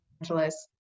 Angeles